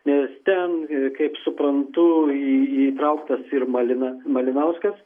nes ten kaip suprantu į įtrauktas ir malina malinauskas